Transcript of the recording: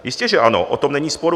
Jistěže ano, o tom není sporu.